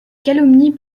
calomnie